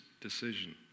decision